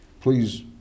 Please